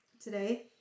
today